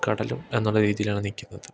കടലും എന്നുള്ള രീതിയിലാണ് നിൽക്കുന്നത്